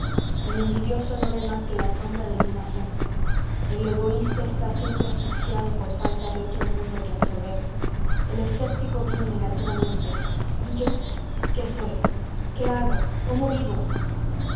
el envidioso no ve más que la sombra del bien ajeno el egoísta está siempre asfixiado por falta de otro mundo que absorber el escéptico vive negativamente y yo qué soy qué hago cómo vivo